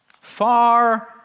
Far